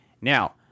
Now